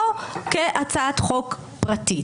או כהצעת חוק פרטית.